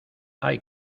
hay